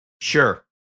Sure